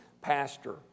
pastor